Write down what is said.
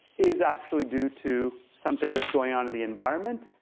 is actually due to something that's going on in the environment,